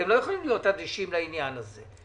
אתם לא יכולים להיות אדישים לעניין הזה.